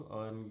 on